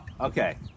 okay